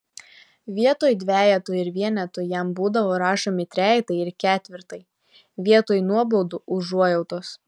vietoj dvejetų ir vienetų jam būdavo rašomi trejetai ir ketvirtai vietoj nuobaudų užuojautos